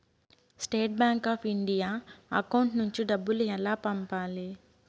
State bank of India account నుంచి డబ్బులు ఎలా పంపాలి?